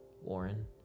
Warren